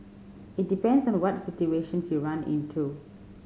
it depends on what situations you run into